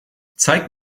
zeig